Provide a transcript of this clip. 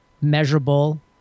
measurable